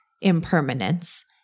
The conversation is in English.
impermanence